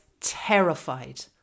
terrified